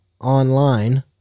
online